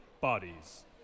Bodies